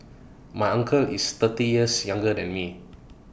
my uncle is thirty years younger than me